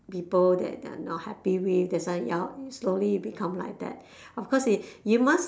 people that you're not happy with thats why slowly you become like that of course you must